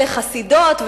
אלה חסידות,